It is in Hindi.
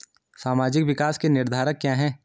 सामाजिक विकास के निर्धारक क्या है?